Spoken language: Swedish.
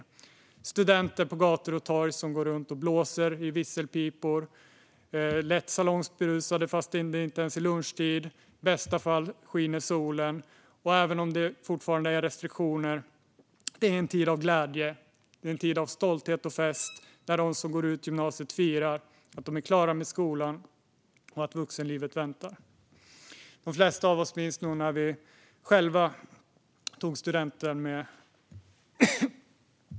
Det är studenter på gator och torg som går runt och blåser i visselpipor, lätt salongsberusade trots att det inte ens är lunchtid. I bästa fall skiner solen. Och även om det fortfarande är restriktioner är det en tid av glädje, stolthet och fest när de som går ut gymnasiet firar att de är klara med skolan och att vuxenlivet väntar. De flesta av oss minns nog med glädje när vi själva tog studenten.